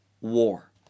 war